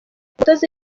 umutoza